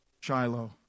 Shiloh